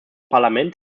parlament